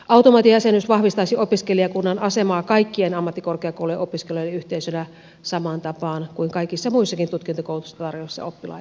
automaatiojäsenyys vahvistaisi opiskelijakunnan asemaa kaikkien ammattikorkeakoulujen opiskelijoiden yhteisönä samaan tapaan kuin kaikissa muissakin tutkintokoulutusta tarjoavissa oppilaitoksissa